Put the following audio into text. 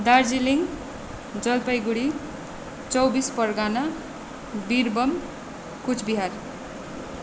Darjeeling Jalpaiguri Chaubis Pargana Birbhum Cooch Behar